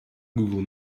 google